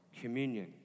communion